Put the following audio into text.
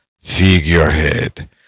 figurehead